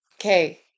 okay